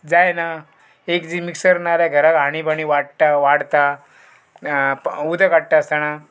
जायना एक जीस मिक्सर नाल्या घराक हांणी बाणी वाडटा वाडता उदक काडटा आसतना